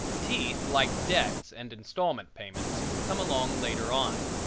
teeth, like debts and installment payments, come along later on.